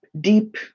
deep